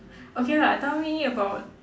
okay lah tell me about